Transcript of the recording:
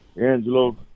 Angelo